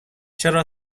چرا